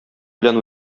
белән